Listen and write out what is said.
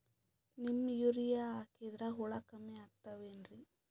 Neem urea ಹಾಕದ್ರ ಹುಳ ಕಮ್ಮಿ ಆಗತಾವೇನರಿ?